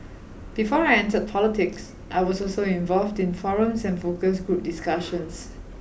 before I entered politics I was also involved in forums and focus group discussions